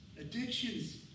Addictions